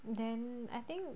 then I think